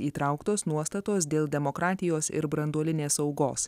įtrauktos nuostatos dėl demokratijos ir branduolinės saugos